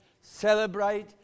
Celebrate